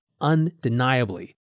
undeniably